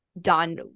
done